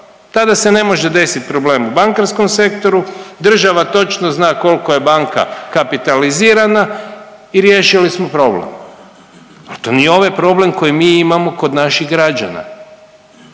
Tada se ne može desiti problem u bankarskom sektoru, država točno zna koliko je banka kapitalizirana i riješili smo problem. A to nije ovaj problem koji mi imamo kod naših građana,